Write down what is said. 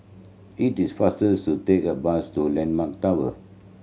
it is faster to take a bus to Landmark Tower